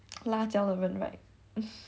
辣椒的人 right